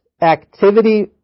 activity